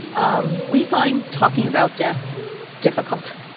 um we find talking about death difficult.